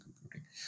computing